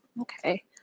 Okay